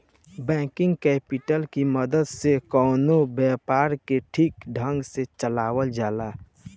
working capital की मदद से कवनो व्यापार के ठीक ढंग से चलावल जाला